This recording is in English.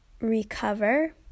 recover